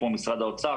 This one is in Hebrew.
כמו משרד האוצר,